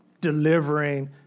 delivering